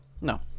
No